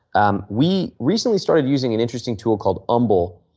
um we recently started using an interesting tool called umbel.